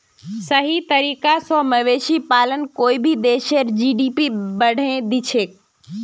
सही तरीका स मवेशी पालन कोई भी देशेर जी.डी.पी बढ़ैं दिछेक